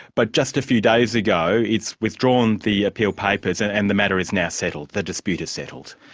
but just a few days ago it's withdrawn the appeal papers and and the matter is now settled? the dispute is settled.